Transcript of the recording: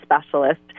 specialist